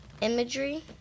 imagery